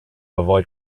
avoid